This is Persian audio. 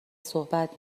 صحبت